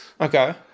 Okay